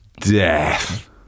Death